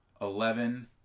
eleven